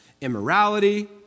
immorality